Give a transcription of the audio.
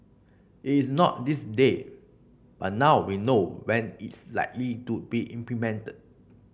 it's not this day but now we know when it's likely to be implemented